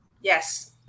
Yes